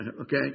Okay